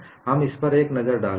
हम इस पर एक नजर डालेंगे